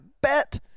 bet